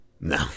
No